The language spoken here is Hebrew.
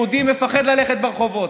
יהודי פוחד ללכת ברחובות.